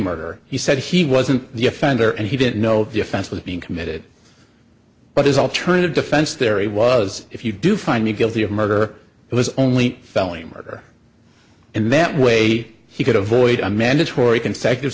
murder he said he wasn't the offender and he didn't know the offense was being committed but his alternative defense theory was if you do find me guilty of murder it was only felony murder and that way he could avoid a mandatory consecutive